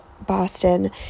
boston